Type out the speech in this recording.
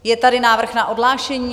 Je tady návrh na odhlášení?